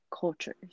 cultures